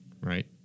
Right